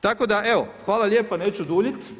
Tako da evo, hvala lijepo, neću duljit.